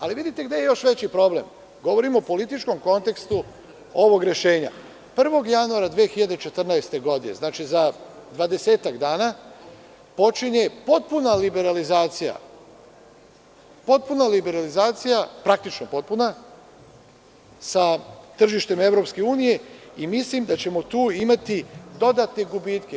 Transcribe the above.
Ali, vidite gde je još veći problem, govorimo o političkom konceptu ovog rešenja – 1. januara 2014. godine, za 20-ak dana, počinje potpuna liberalizacija, praktično potpuna, sa tržištem EU i mislim da ćemo tu imati dodatne gubitke.